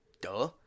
Duh